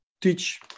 teach